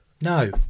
No